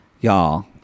Y'all